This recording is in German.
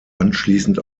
anschließend